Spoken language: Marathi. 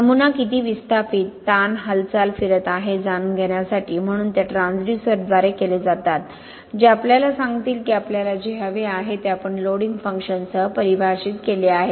नमुना किती विस्थापित ताण हालचाल फिरत आहे हे जाणून घेण्यासाठी म्हणून ते ट्रान्सड्यूसरद्वारेकेले जातात जे आपल्याला सांगतील की आपल्याला जे हवे आहे ते आपण लोडिंग फंक्शन्ससह परिभाषित केले आहे